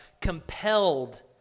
compelled